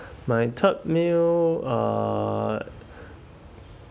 my third meal uh